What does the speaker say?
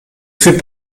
fait